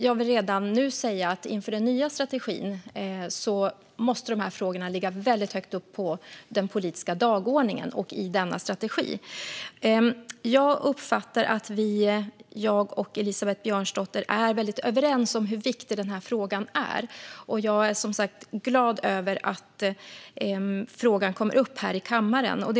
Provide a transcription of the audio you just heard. Jag vill redan nu, inför den nya strategin, säga att dessa frågor måste ligga högt uppe på den politiska dagordningen och i den strategin. Jag uppfattar att jag och Elisabeth Björnsdotter Rahm är överens om hur viktig denna fråga är. Jag är som sagt glad över att frågan kommer upp här i kammaren.